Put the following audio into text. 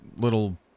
little